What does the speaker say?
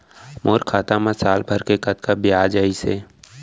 मोर खाता मा साल भर के कतका बियाज अइसे?